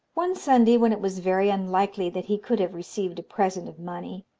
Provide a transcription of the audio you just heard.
one sunday, when it was very unlikely that he could have received a present of money,